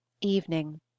evening